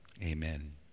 Amen